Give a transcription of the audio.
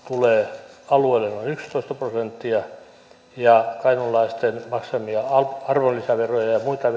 tulee alueelle arviolta noin yhdeksän prosenttia ja kainuulaisten maksamia arvonlisäveroja ja muita